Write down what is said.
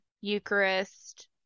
Eucharist